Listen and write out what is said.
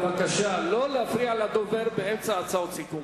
בבקשה לא להפריע לדובר באמצע הצעות סיכום.